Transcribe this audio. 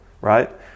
right